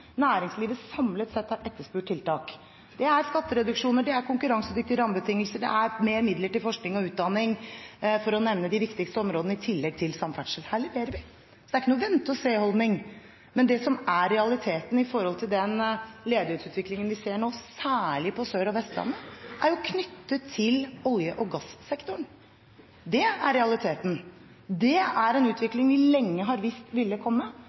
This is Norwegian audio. næringslivet samlet sett har etterspurt tiltak. Det er skattereduksjoner, det er konkurransedyktige rammebetingelser, det er mer midler til forskning og utdanning, for å nevne de viktigste områdene – i tillegg til samferdsel. Her leverer vi. Så det er ikke noen vente og se-holdning. Men det som er realiteten i forhold til den ledighetsutviklingen vi ser nå, særlig på Sørlandet og på Vestlandet, er knyttet til olje- og gassektoren. Det er realiteten. Det er en utvikling vi lenge har visst ville komme.